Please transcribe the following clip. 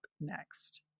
next